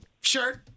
shirt